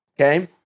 okay